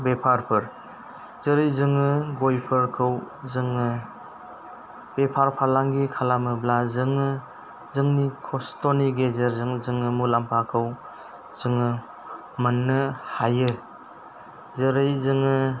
बेफारफोर जेरै जोङो गयफोरखौ जोङो बेफार फालांगि खालामोब्ला जोङो जोंनि खस्थ'नि गेजेरजों जोङो मुलाम्फाखौ जोङो मोनो हायो जेरै जोङो